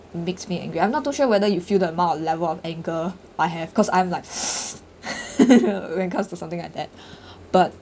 makes me angry I'm not too sure whether you feel the amount of level of anger have cause I'm like when comes to something like that but